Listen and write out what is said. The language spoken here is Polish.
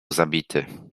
zabity